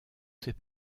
ses